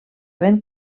ben